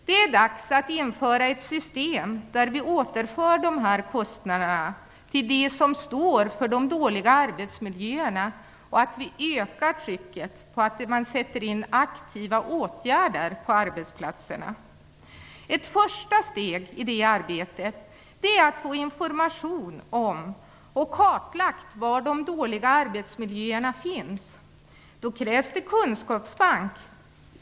Det är dags att införa ett system där vi återför de här kostnaderna till dem som står för de dåliga arbetsmiljöerna och att vi ökar trycket på att aktiva åtgärder sätts in på arbetsplatserna. Ett första steg i det arbetet är att få information om de dåliga arbetsmiljöerna och att kartlägga var de finns.